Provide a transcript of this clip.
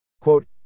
Quote